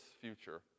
future